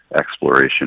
exploration